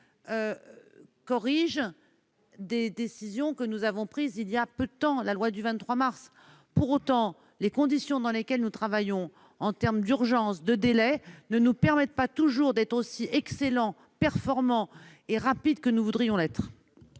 corriger des décisions que nous avons prises il y a peu de temps, dans la loi du 23 mars. Pour autant, les délais urgents dans lesquels nous travaillons ne nous permettent pas toujours d'être aussi excellents, performants et rapides que nous voudrions l'être.